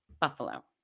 Buffalo